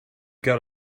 got